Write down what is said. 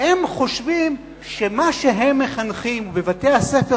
חושבים שמה שהם מחנכים אליו בבתי-הספר